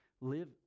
live